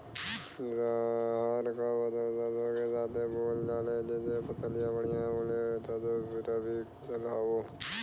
रहर क फसल सरसो के साथे बुवल जाले जैसे फसलिया बढ़िया होले सरसो रबीक फसल हवौ